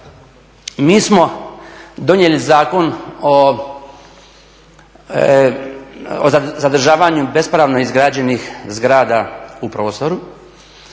mi smo donijeli Zakon o zadržavanju bespravno izgrađenih zgrada u prostoru